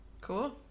cool